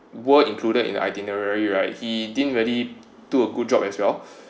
were included in the itinerary right he didn't really do a good job as well